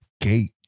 Gate